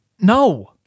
No